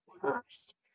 past